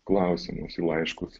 klausimus į laiškus